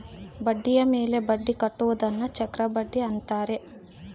ಬಡ್ಡಿಯ ಮೇಲೆ ಬಡ್ಡಿ ಕಟ್ಟುವುದನ್ನ ಚಕ್ರಬಡ್ಡಿ ಅಂತಾರೆ